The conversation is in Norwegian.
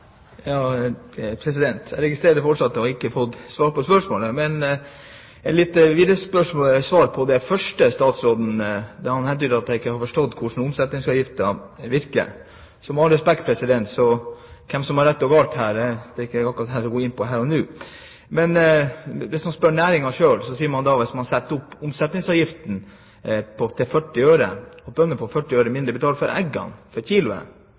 Jeg registrerer at jeg fortsatt ikke har fått svar på spørsmålet. I det første svaret til statsråden antydet han at jeg ikke har forstått hvordan omsetningsavgiften virker, så, med all respekt, hvem som har rett eller galt her, vil jeg ikke gå inn på her og nå. Men hvis man spør næringen selv, sier man at hvis man setter opp omsetningsavgiften til 40 øre, at bøndene får 40 øre mindre betalt for eggene